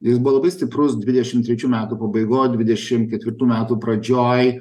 jis buvo labai stiprus dvidešim trečių metų pabaigoj dvidešim ketvirtų metų pradžioj